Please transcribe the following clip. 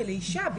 לאישה,